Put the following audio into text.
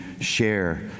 share